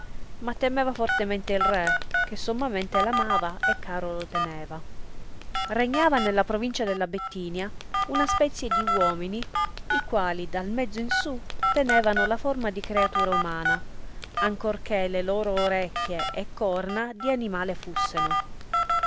ma temeva fortemente il re che sommamente l amava e caro lo teneva regnava nella provincia della bettinia una spezie di uomini i quali dal mezzo in su tenevano la forma di creatura umana ancor che le loro orecchie e corna di animale fusseno